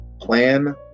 plan